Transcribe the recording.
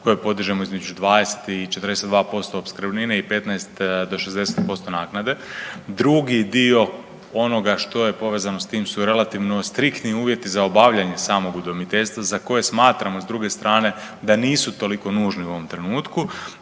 koje podižemo između 20 i 42% opskrbnine i 15 do 60% naknade. Drugi dio onoga što je povezano sa tim su relativno striktni uvjeti za obavljanje samog udomiteljstva za koje smatramo s druge strane da nisu toliko nužni u ovom trenutku,